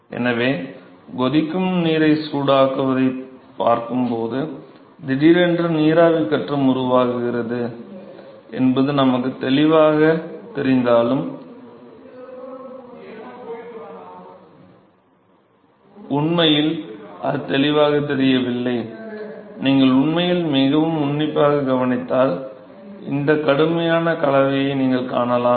எனவே கொதிக்கும் நீரை சூடாக்குவதைப் பார்க்கும்போது திடீரென்று நீராவி கட்டம் உருவாகிறது என்பது நமக்குத் தெளிவாகத் தெரிந்தாலும் உண்மையில் அது தெளிவாகத் தெரியவில்லை நீங்கள் உண்மையில் மிகவும் உன்னிப்பாகக் கவனித்தால் இந்த கடுமையான கலவையை நீங்கள் காணலாம்